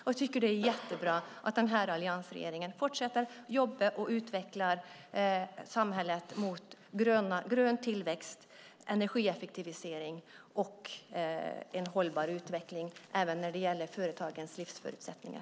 Jag tycker också att det är jättebra att alliansregeringen fortsätter jobbet med att utveckla samhället mot grön tillväxt, energieffektivisering och en hållbar utveckling även när det gäller företagens livsförutsättningar.